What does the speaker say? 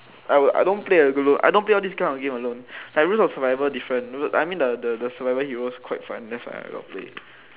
I will I don't play a good look I don't play all these game alone like based on survival different I mean the the the survival heroes quite fun that's why I will play